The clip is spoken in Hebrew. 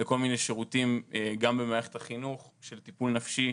כמה זמן צריך לחכות לכל מיני שירותים גם במערכת החינוך של טיפול נפשי.